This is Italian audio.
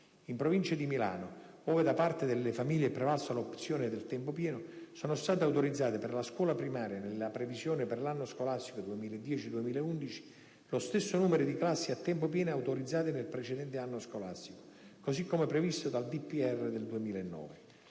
In provincia di Milano, ove da parte delle famiglie è prevalsa l'opzione del tempo pieno, sono state autorizzate per la scuola primaria, nella previsione per l'anno scolastico 2010-2011, lo stesso numero di classi a tempo pieno autorizzate nel precedente anno scolastico, così come previsto dal suddetto